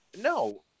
No